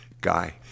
guy